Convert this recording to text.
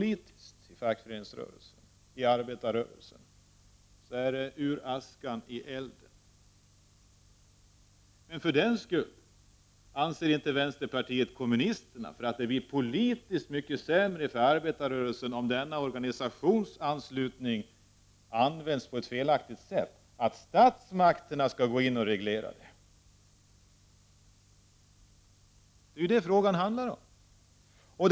I fackföreningsrörelsen och arbetarrörelsen hamnar man rent politiskt ur askan i elden. Men även om det blir politiskt mycket sämre för arbetarrörelsen om denna organisationsanslutning används på ett felaktigt sätt, så anser inte vänsterpartiet kommunisterna att statsmakterna skall gå in och reglera. Det är ju vad frågan handlar om.